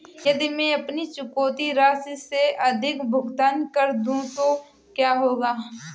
यदि मैं अपनी चुकौती राशि से अधिक भुगतान कर दूं तो क्या होगा?